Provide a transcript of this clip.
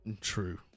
True